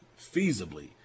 feasibly